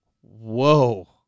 whoa